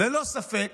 ללא ספק